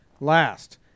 last